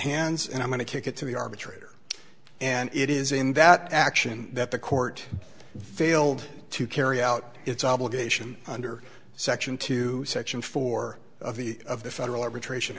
hands and i'm going to kick it to the arbitrator and it is in that action that the court failed to carry out its obligation under section two section four of the of the federal arbitration